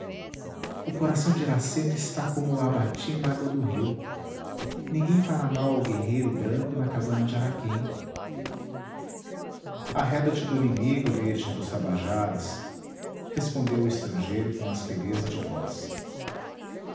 o coração de iracema está como o abati nágua do rio ninguém fará mal ao guerreiro branco na cabana de araquém arreda te do inimigo virgem dos tabajaras respondeu o estrangeiro com aspereza de voz